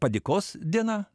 padėkos diena